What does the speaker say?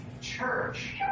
church